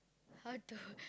how to